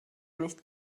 nicht